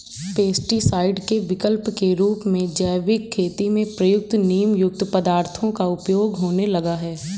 pesticide के विकल्प के रूप में जैविक खेती में प्रयुक्त नीमयुक्त पदार्थों का प्रयोग होने लगा है